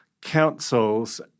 councils